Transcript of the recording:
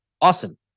awesome